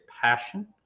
passion